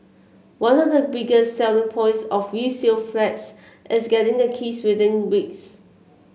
one of the biggest selling points of resale flats is getting the keys within weeks